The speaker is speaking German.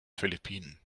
philippinen